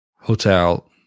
hotel